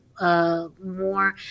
More